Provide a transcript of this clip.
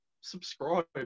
subscribe